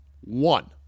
One